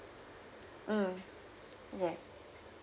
mm yes